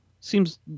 Seems